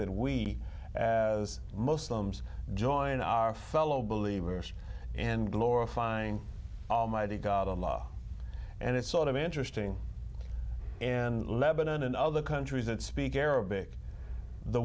that we as muslims join our fellow believers and glorifying almighty god of love and it's sort of interesting and lebanon and other countries that speak arabic the